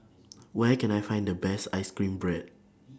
Where Can I Find The Best Ice Cream Bread